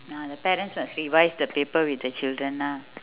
ah the parents must revise the paper with the children ah